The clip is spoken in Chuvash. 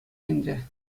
ӗнтӗ